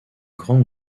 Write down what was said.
grande